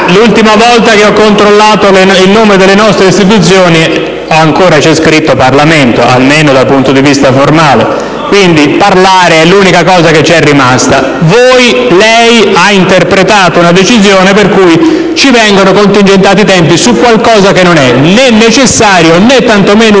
l'ultima volta che ho controllato il nome delle nostre istituzioni ancora ho trovato scritto "Parlamento", quanto meno dal punto di vista formale, per cui parlare è l'unica cosa che c'è rimasta. Lei ha interpretato una decisione per la quale ci vengono contingentati i tempi su qualcosa che non è né necessario né tantomeno urgente,